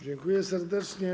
Dziękuję serdecznie.